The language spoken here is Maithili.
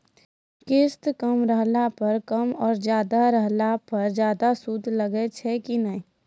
किस्त कम रहला पर कम और ज्यादा रहला पर ज्यादा सूद लागै छै कि नैय?